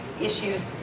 issues